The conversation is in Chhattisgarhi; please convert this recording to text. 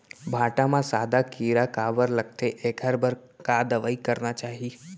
भांटा म सादा कीरा काबर लगथे एखर बर का दवई करना चाही?